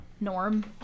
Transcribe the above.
norm